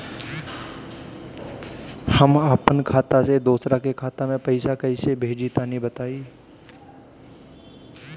हम आपन खाता से दोसरा के खाता मे पईसा कइसे भेजि तनि बताईं?